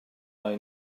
mae